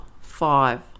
five